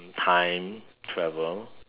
time travel